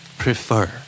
prefer